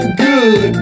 good